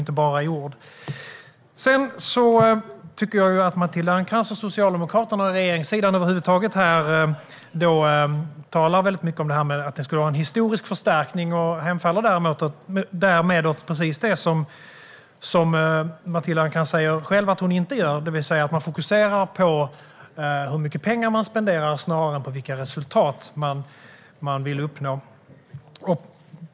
Sedan tycker jag att Matilda Ernkrans och Socialdemokraterna, ja, regeringssidan över huvud taget, talar väldigt mycket om att det här skulle vara en historisk förstärkning. Därmed hemfaller man åt precis det som Matilda Ernkrans själv säger att hon inte gör, det vill säga att fokusera på hur mycket pengar man spenderar snarare än på vilka resultat man vill uppnå.